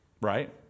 Right